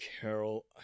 Carol